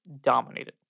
dominated